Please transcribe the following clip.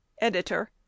Editor